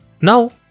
Now